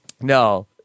No